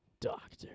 Doctor